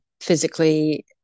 physically